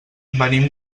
venim